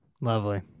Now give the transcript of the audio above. lovely